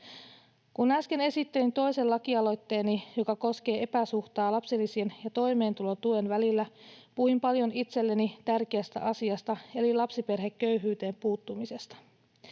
Kun äsken esittelin toisen lakialoitteeni, joka koskee epäsuhtaa lapsilisien ja toimeentulotuen välillä, puhuin paljon itselleni tärkeästä asiasta eli lapsiperheköyhyyteen puuttumisesta.